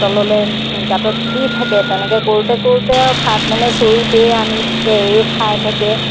তললৈ গাঁতত দি থাকে তেনেকৈ কৰোঁতে কৰোঁতে আৰু ভাত মানে চৰুতেই আনি থাকে এই খাই থাকে